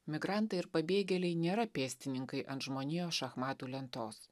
migrantai ir pabėgėliai nėra pėstininkai ant žmonijos šachmatų lentos